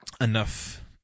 Enough